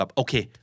okay